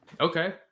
Okay